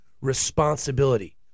responsibility